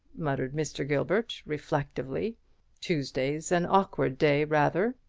muttered mr. gilbert, reflectively tuesday's an awkward day, rather.